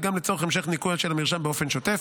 גם לצורך המשך ניכקויו של המרשם באופן שוטף.